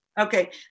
Okay